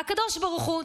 והקדוש ברוך הוא,